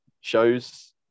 shows